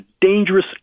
dangerous